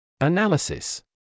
analysis